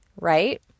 right